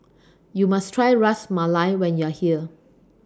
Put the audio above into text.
YOU must Try Ras Malai when YOU Are here